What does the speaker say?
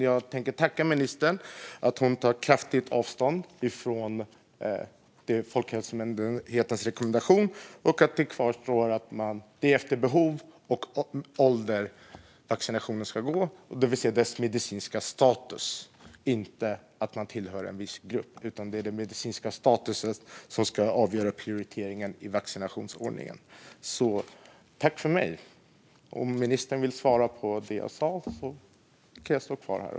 Jag tackar ministern för att hon tar kraftigt avstånd från Folkhälsomyndighetens rekommendation och att det är behov, ålder och medicinsk status som ska avgöra vid prioriteringen av vaccination och inte att man tillhör en viss grupp.